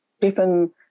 different